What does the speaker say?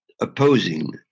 opposing